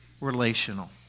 relational